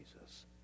Jesus